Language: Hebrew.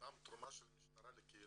סתם תרומה של משטרה לקהילה?